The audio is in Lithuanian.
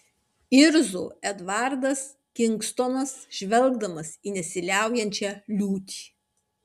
irzo edvardas kingstonas žvelgdamas į nesiliaujančią liūtį